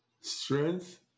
strength